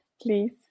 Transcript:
please